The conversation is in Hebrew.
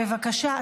בבקשה,